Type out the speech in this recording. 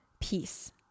peace